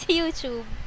YouTube